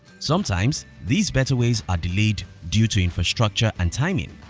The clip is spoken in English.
sometimes, these better ways are delayed due to infrastructure and timing.